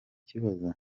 kibazo